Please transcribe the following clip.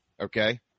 Okay